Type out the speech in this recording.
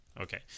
okay